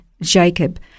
Jacob